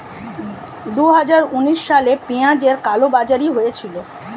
দুহাজার উনিশ সালে পেঁয়াজের কালোবাজারি হয়েছিল